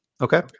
Okay